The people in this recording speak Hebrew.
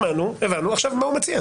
שמענו, הבנו ועכשיו תאמר מה אתה מציע.